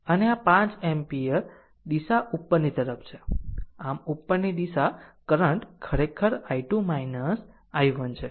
અને આ 5 એમ્પીયર દિશા ઉપરની તરફ છે આમ ઉપરની દિશા કરંટ ખરેખર i2 i1 છે